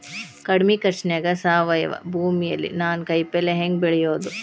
ಕಡಮಿ ಖರ್ಚನ್ಯಾಗ್ ಸಾವಯವ ಭೂಮಿಯಲ್ಲಿ ನಾನ್ ಕಾಯಿಪಲ್ಲೆ ಹೆಂಗ್ ಬೆಳಿಯೋದ್?